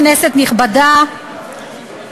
כנסת נכבדה,